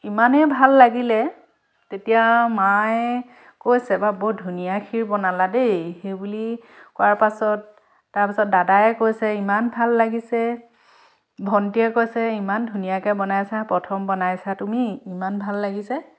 ইমানেই ভাল লাগিলে তেতিয়া মায়ে কৈছে বা বৰ ধুনীয়া ক্ষীৰ বনালা দেই সেই বুলি কোৱাৰ পাছত তাৰ পাছত দাদায়ে কৈছে ইমান ভাল লাগিছে ভণ্টিয়ে কৈছে ইমান ধুনীয়াকৈ বনাইছা প্ৰথম বনাইছা তুমি ইমান ভাল লাগিছে